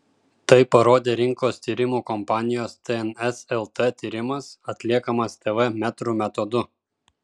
tai parodė rinkos tyrimų kompanijos tns lt tyrimas atliekamas tv metrų metodu